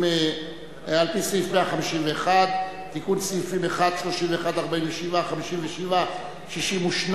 על-פי סעיף 151, תיקון סעיפים: 1, 31, 47, 57, 62,